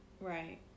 Right